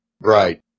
Right